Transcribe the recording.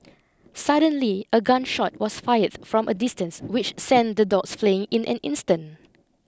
suddenly a gun shot was fired from a distance which sent the dogs fleeing in an instant